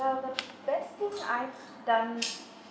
well the best thing I’ve done